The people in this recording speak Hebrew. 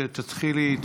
עד שתתחילי,